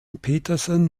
petersen